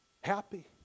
Happy